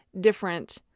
different